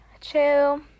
chill